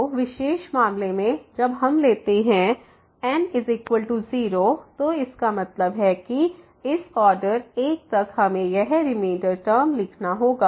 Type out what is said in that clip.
तो विशेष मामले में जब हम लेते हैं n0 तो इसका मतलब है कि इस ऑर्डर एक तक हमें यह रिमेंडर टर्म लिखना होगा